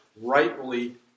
rightly